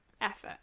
effort